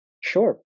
sure